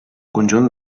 conjunt